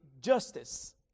justice